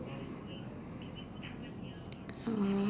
uh